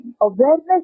awareness